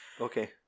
Okay